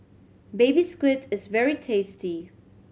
Baby Squid is very tasty